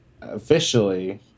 officially